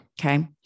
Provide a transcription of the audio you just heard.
Okay